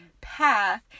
path